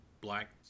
black